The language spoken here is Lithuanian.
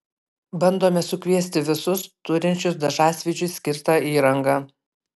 bandome sukviesti visus turinčius dažasvydžiui skirtą įrangą